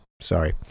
sorry